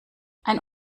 ein